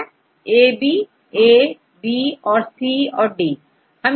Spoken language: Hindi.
तोAB A B यहां C औरD है